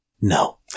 no